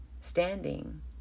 standing